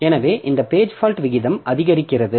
எனவே இந்த page fault விகிதம் அதிகரிக்கிறது